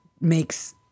makes